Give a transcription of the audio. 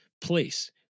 place